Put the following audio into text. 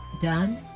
done